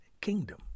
kingdom